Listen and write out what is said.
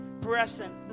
present